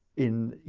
in,